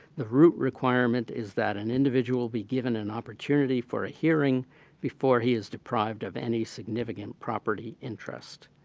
the root requirement is that an individual be given an opportunity for a hearing before he is deprived of any significant property interest.